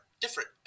different